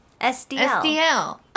SDL